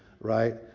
right